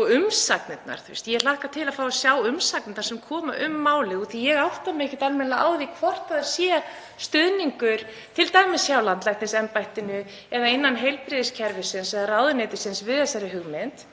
og umsagnirnar. Ég hlakka til að fá að sjá umsagnirnar sem koma um málið því að ég átta mig ekki almennilega á því hvort það er stuðningur t.d. hjá landlæknisembættinu eða innan heilbrigðiskerfisins eða ráðuneytisins við þessa hugmynd.